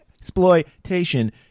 Exploitation